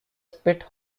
spit